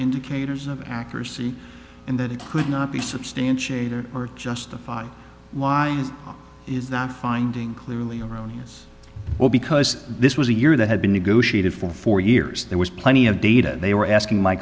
indicators of accuracy and that it could not be substantiated or justified why is that finding clearly erroneous well because this was a year that had been negotiated for four years there was plenty of data they were asking my